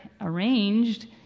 arranged